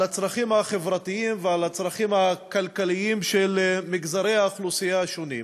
על הצרכים החברתיים ועל הצרכים הכלכליים של מגזרי האוכלוסייה השונים,